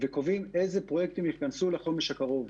וקובעים איזה פרויקטים ייכנסו לחודש הקרוב.